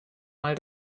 mal